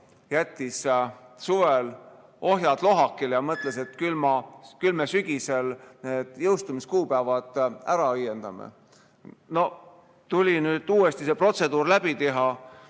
jättis suvel ohjad lohakile ja mõtles, et küll me sügisel need jõustumiskuupäevad ära õiendame. Nüüd tuli uuesti see protseduur läbi teha.